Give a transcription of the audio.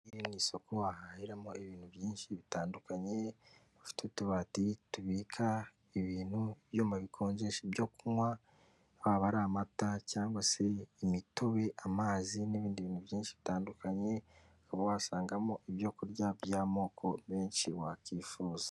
Iri ni isoko wahahiramo ibintu byinshi bitandukanye, rifite utubati tubika ibintu, ibyuma bikonje ibyo kunywa haba ari amata cyangwa se imitobe, amazi n'ibindi bintu byinshi bitandukanye. Ukaba wasangamo ibyo kurya by'amoko menshi wakwifuza.